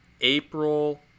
April